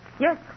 Yes